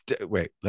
wait